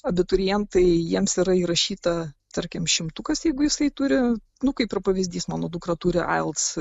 abiturientai jiems yra įrašyta tarkim šimtukas jeigu jisai turi nu kaip ir pavyzdys mano dukra turi ailds